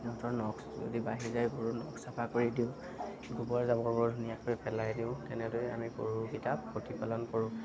সিহঁতৰ নখ যদি বাঢ়ি যায় গৰুৰ নখ চাফা কৰি দিওঁ গোবৰ জাবৰবোৰ ধুনীয়াকৈ পেলাই দিওঁ তেনেদৰে আমি গৰুকিটাক প্ৰতিপালন কৰোঁ